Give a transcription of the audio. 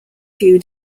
few